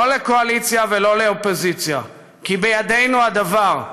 לא לקואליציה ולא לאופוזיציה כי בידנו הדבר,